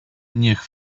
niech